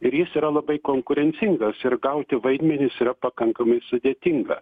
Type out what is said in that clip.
ir jis yra labai konkurencingas ir gauti vaidmenis yra pakankamai sudėtinga